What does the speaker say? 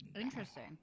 interesting